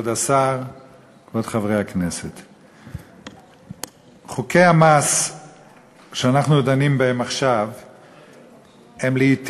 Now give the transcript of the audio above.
לאשר את הצעת החוק בקריאה ראשונה ולהעבירה